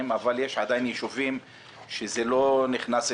אבל יש ישובים שבהם זה עדיין לא נכנס,